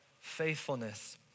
faithfulness